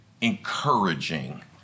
encouraging